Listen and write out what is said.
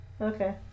Okay